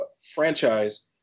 franchise